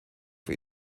für